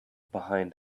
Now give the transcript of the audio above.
behind